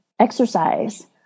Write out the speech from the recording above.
exercise